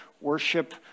worship